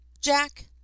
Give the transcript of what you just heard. Jack